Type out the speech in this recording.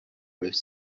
with